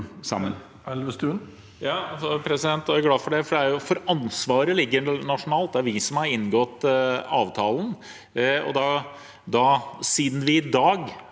Jeg er glad for det, for ansvaret ligger nasjonalt. Det er vi som har inngått avtalen. Siden vi i dag